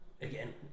again